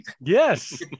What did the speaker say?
Yes